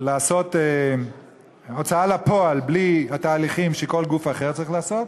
לעשות הוצאה לפועל בלי התהליכים שכל גוף אחר צריך לעשות,